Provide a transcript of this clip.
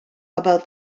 about